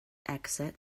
exit